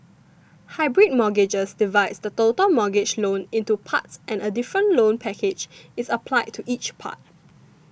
hybrid mortgages divides the total mortgage loan into parts and a different loan package is applied to each part